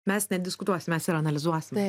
mes nediskutuosim mes ir analizuosim